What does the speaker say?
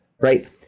right